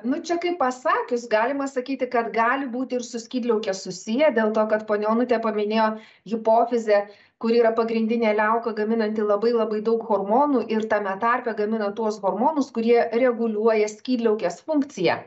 nu čia kaip pasakius galima sakyti kad gali būti ir su skydliauke susiję dėl to kad ponia onutė paminėjo hipofizę kuri yra pagrindinė liauka gaminanti labai labai daug hormonų ir tame tarpe gamina tuos hormonus kurie reguliuoja skydliaukės funkciją